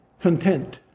content